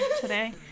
today